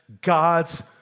God's